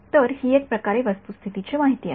तर ही एक प्रकारे वस्तूस्थितीची माहिती आहे